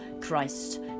Christ